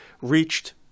reached